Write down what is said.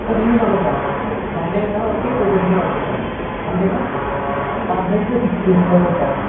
sir நீங்கள் சொல்லுறது தான் ஒன் டே இருந்தாலும் ஓகே டூ டேஸ்னாலும் ஓகே சார் ஒன் டேன்னா அல்மோஸ்ட் சிக்ஸ் தவுசண்ட் ஆகும் சார்